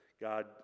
god